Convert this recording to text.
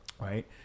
right